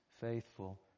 faithful